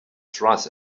trust